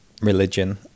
religion